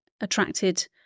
attracted